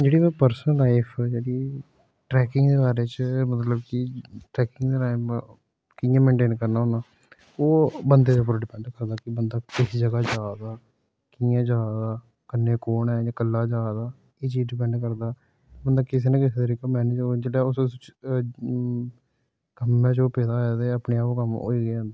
जेह्ड़ी मेरी personal life जेह्ड़ी ट्रैकिंग दे बारे च मतलब की ट्रैकिंग मैं कियां मेनटेन करना हुन्ना ओह् बंदे दे उप्पर डिपेंड करदा कि बंदा किस जगह जा दा कियां जा दा कन्नै कुन ऐ कल्ला जा दा एह् चीज डिपेंड करदा बंदा किसे ना किसे तरीके मैनेज जेह्ड़ा जेह्ड़ा उस कम्में च ओह् पेदा ऐ ते अपने आप ओह् कम्म होई गै जंदा